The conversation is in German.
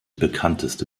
bekannteste